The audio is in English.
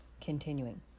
Continuing